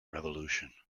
revolution